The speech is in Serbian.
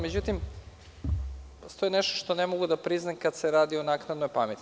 Međutim, postoji nešto što ne mogu da priznam kada se radi o naknadnoj pameti.